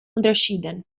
unterschieden